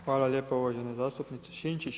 Hvala lijepa uvaženi zastupniče Sinčić.